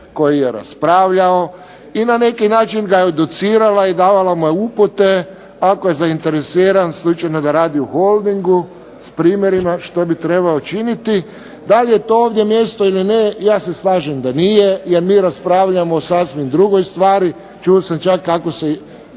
koji je raspravljao i na neki način ga je educirala i davala mu je upute ako je zainteresiran, slučajno da radi u Holdingu, s primjerima što bi trebao činiti. Da li je to ovdje mjesto ili ne, ja se slažem da nije, jer mi raspravljamo o sasvim drugoj stvari. Čuo sam čak kako se